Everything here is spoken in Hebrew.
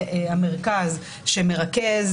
נכון,